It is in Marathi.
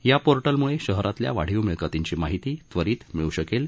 या पोर्टलम्ळे शहरातल्या वाढीव मिळकतींची माहिती त्वरित मिळू शकेल